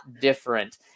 different